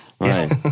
Right